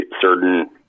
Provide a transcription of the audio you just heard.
certain